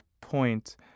point